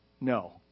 No